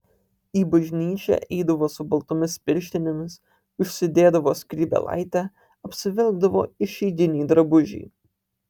į bažnyčią eidavo su baltomis pirštinėmis užsidėdavo skrybėlaitę apsivilkdavo išeiginį drabužį